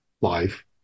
life